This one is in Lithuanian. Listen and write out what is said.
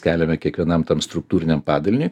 keliame kiekvienam tam struktūriniam padaliniui